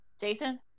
Jason